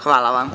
Hvala vam.